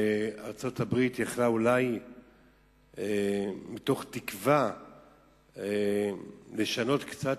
שארצות-הברית היתה יכולה אולי לשנות קצת